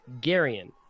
Garion